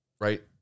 right